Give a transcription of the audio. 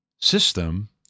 system